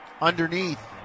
underneath